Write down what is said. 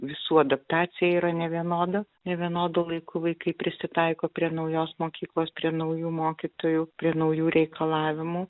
visų adaptacija yra nevienoda nevienodu laiku vaikai prisitaiko prie naujos mokyklos prie naujų mokytojų prie naujų reikalavimų